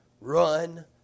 run